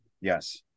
yes